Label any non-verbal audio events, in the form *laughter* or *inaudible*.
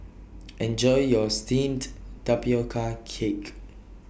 *noise* Enjoy your Steamed Tapioca Cake